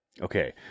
Okay